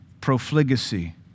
profligacy